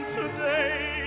today